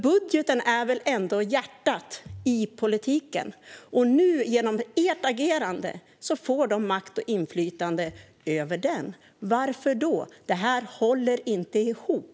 Budgeten är ändå hjärtat i politiken, och genom ert agerande får Sverigedemokraterna makt och inflytande över den. Varför då? Detta går inte ihop.